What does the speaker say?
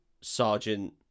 Sergeant